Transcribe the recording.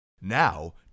Now